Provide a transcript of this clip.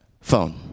Phone